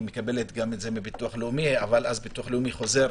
היא מקבל את זה גם מביטוח לאומי אבל אז ביטוח לאומי חוזר,